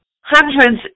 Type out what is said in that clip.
hundreds